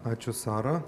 ačiū sara